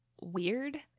weird